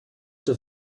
der